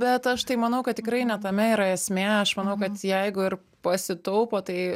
bet aš tai manau kad tikrai ne tame yra esmė aš manau kad jeigu ir pasitaupo tai